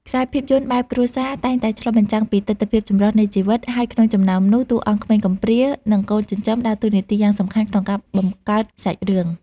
ខ្សែភាពយន្តបែបគ្រួសារតែងតែឆ្លុះបញ្ចាំងពីទិដ្ឋភាពចម្រុះនៃជីវិត ហើយក្នុងចំណោមនោះ តួអង្គក្មេងកំព្រា និងកូនចិញ្ចឹមដើរតួនាទីយ៉ាងសំខាន់ក្នុងការបង្កើតសាច់រឿង។